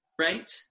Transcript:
right